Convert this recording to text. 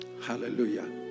Hallelujah